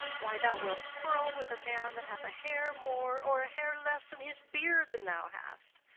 why, thou wilt quarrel with a man that hath a hair more or a hair less in his beard than thou hast.